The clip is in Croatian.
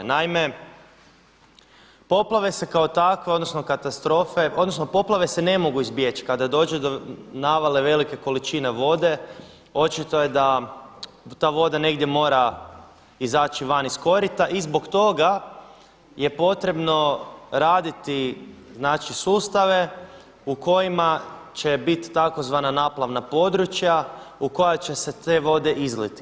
Naime, poplave se kao takve odnosno katastrofe, odnosno poplave se ne mogu izbjeći, kada dođe do navale velike količine vode očito je da ta voda negdje mora izaći van iz korita i zbog toga je potrebno raditi znači sustave u kojima će bit tzv. naplavna područja u koja će se te vode izliti.